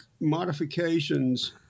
modifications